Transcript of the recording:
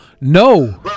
No